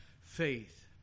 faith